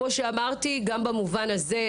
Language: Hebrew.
גם במובן הזה,